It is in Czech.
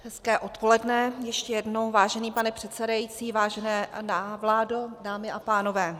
Dobré odpoledne ještě jednou, vážený pane předsedající, vážená vládo, dámy a pánové.